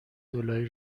دلاری